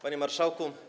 Panie Marszałku!